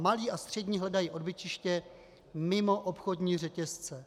Malé a střední hledají odbytiště mimo obchodní řetězce.